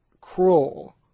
cruel